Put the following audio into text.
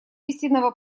истинного